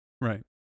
right